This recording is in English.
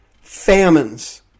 Famines